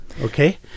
okay